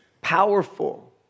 powerful